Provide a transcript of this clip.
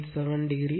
87 o